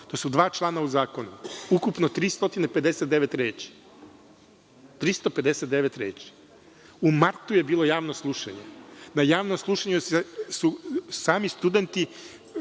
To su dva člana u zakonu. Ukupno 359 reči. U martu je bilo javno slušanje. Na javnom slušanju su sami studenti